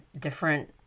different